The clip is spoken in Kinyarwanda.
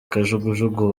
kajugujugu